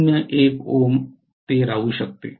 ०१ ohm असू शकतात